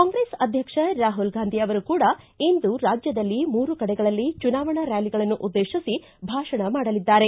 ಕಾಂಗ್ರೆಸ್ ಅಧ್ಯಕ್ಷ ರಾಹುಲ್ ಗಾಂಧಿ ಅವರು ಕೂಡ ಇಂದು ರಾಜ್ಯದಲ್ಲಿ ಮೂರು ಕಡೆಗಳಲ್ಲಿ ಚುನಾವಣಾ ರ್ಕಾಲಿಗಳನ್ನು ಉದ್ದೇಶಿಸಿ ಭಾಷಣ ಮಾಡಲಿದ್ದಾರೆ